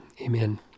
Amen